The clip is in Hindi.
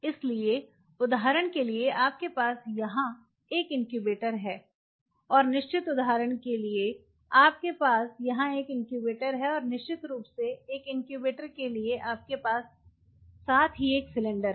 इसलिए उदाहरण के लिए आपके पास यहाँ एक इनक्यूबेटर है और निश्चित उदाहरण के लिए आपके पास यहाँ एक इनक्यूबेटर है और निश्चित रूप से एक इनक्यूबेटर के लिए आपके पास साथ ही एक सिलेंडर है